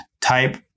type